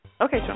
Okay